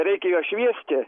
reikia juos šviesti